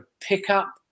pickup